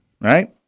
right